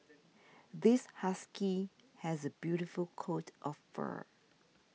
this husky has a beautiful coat of fur